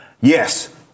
Yes